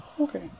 okay